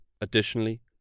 Additionally